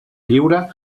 lliure